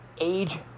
Age